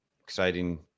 Exciting